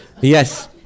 Yes